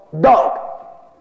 dog